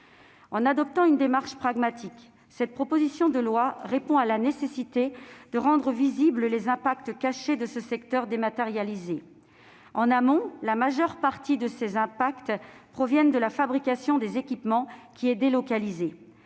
En adoptant une démarche pragmatique, cette proposition de loi répond à la nécessité de rendre visibles les impacts cachés de ce secteur dématérialisé. En amont, la majeure partie de ces impacts proviennent de la fabrication des équipements, qui est délocalisée.